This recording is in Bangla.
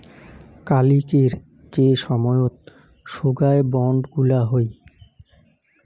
কালিকের যে সময়ত সোগায় বন্ড গুলা হই